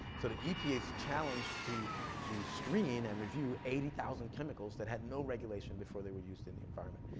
sort of epa's challenge to to screen and review eighty thousand chemicals that had no regulation before they were used in the environment.